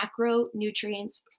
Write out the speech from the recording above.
macronutrients